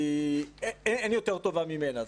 אין יותר טובה ממנה.